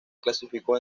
clasificó